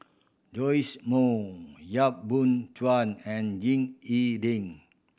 Joash Moo Yap Boon Chuan and Ying E Ding